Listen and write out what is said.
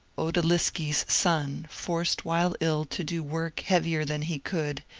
outaliski's son, forced while ill to do work heavier than he could,